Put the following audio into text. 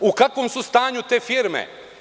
U kakvom su stanju te firme?